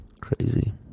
Crazy